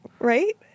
Right